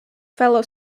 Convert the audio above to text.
fellow